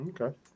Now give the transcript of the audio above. Okay